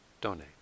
donate